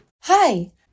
Hi